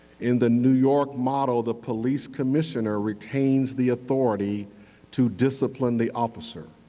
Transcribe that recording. in the new york model, the police commissioner retains the authority to discipline the officer.